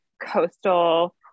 coastal